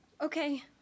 Okay